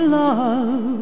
love